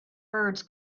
birds